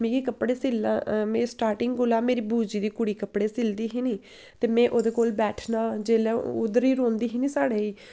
मिगी कपड़े सिलना अ मिं स्टार्टिंग कोला मेरी बूजी दी कुड़ी कपड़े सिलदी ही नी ते में ओह्दे कोल बैठना जेल्लै ओह् उद्धर ही रौंह्दी ही नी साढ़े गै ते